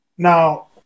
Now